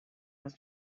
was